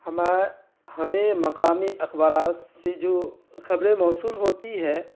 ہمارے ہمیں مقامی اخبارات سے جو خبریں موصول ہوتی ہیں